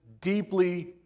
deeply